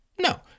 No